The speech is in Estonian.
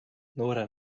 noore